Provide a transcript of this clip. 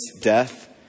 death